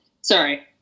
sorry